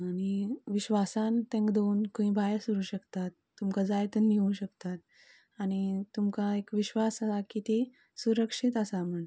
आनी विश्वासान तेंकां दवरून खंयी भायर सरूंक शकतात तुमकां जाय तेन्ना येवंक शकतात आनी तुमकां एक विश्वास आसा की ती सुरक्षित आसा म्हूण